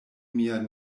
mia